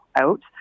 out